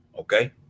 okay